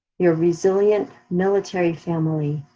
your resilient military family.